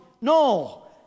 No